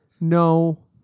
No